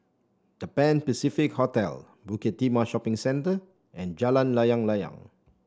The Pan Pacific Hotel Bukit Timah Shopping Centre and Jalan Layang Layang